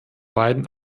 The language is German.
beiden